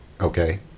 Okay